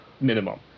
minimum